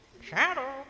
Shadow